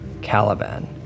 Caliban